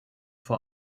vor